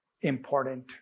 important